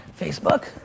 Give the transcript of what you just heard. Facebook